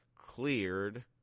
cleared